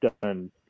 done